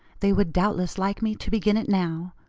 they would doubtless like me to begin it now.